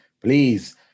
please